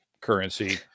currency